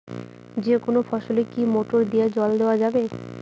যেকোনো ফসলে কি মোটর দিয়া জল দেওয়া যাবে?